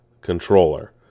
controller